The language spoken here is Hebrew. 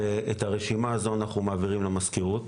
את הרשימה הזאת אנחנו מעבירים למזכירות